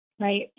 Right